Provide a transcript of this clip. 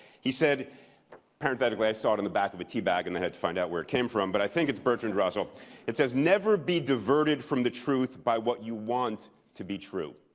he said parenthetically, i saw it on the back of a tea bag, and i had to find out where it came from, but i think it's bertrand russell it says never be diverted from the truth by what you want to be true.